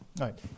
Right